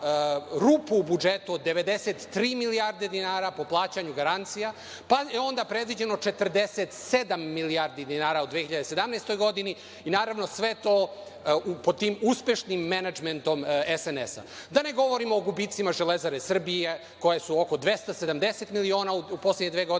rupu u budžetu od 93 milijarde dinara po plaćanju garancija, pa je onda predviđeno 47 milijardi dinara u 2017. godini i naravno sve to po tim uspešnim menadžmentom SNS. Da ne govorimo o gubicima „Železare Srbije“, koja su oko 270 miliona u poslednjih dve godine.